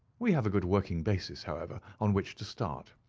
we have a good working basis, however, on which to start.